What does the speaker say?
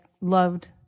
loved